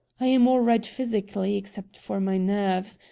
i am all right physically, except for my nerves.